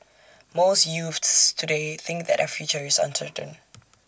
most youths today think that their future is uncertain